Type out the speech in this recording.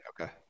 Okay